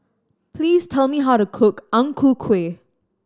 please tell me how to cook Ang Ku Kueh